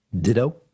Ditto